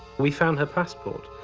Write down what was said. we found her passport,